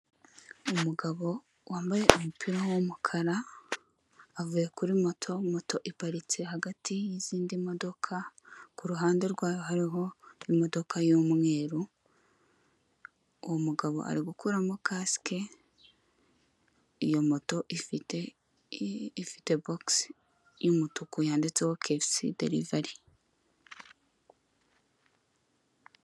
Umugabo wambaye umupira w'umukara avuye kuri moto, moto iparitse hagati y'izindi modoka kuruhande rwayo hariho imodoka y'umweru uwo mugabo ari gukuramo kasike iyo moto ifite ifite bogisi y'umutuku yanditseho kefusi delivari.